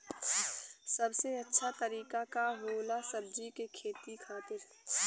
सबसे अच्छा तरीका का होला सब्जी के खेती खातिर?